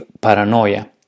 paranoia